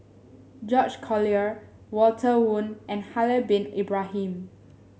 George Collyer Walter Woon and Haslir Bin Ibrahim